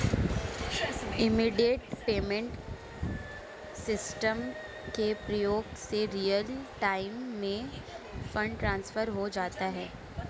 immediate payment system के प्रयोग से रियल टाइम में फंड ट्रांसफर हो जाता है